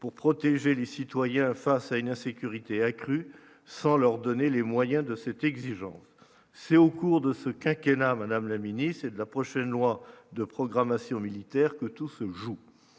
pour protéger les citoyens face à une insécurité accrue sans leur donner les moyens de cette exigence, c'est au cours de ce quinquennat madame la ministre de la prochaine loi de programmation militaire que tout se joue